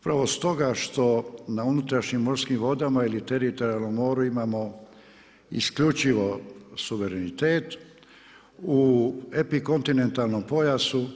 Upravo stoga što na unutrašnjim morskim vodama ili teritorijalnom moru imamo isključivo suverenitet, u epikontinentalnom pojasu